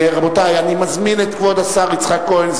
אני מזמין את כבוד השר יצחק כהן,